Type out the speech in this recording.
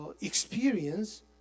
experience